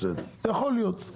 בסדר, יכול להיות.